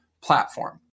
platform